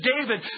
David